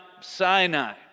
Sinai